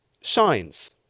shines